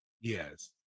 Yes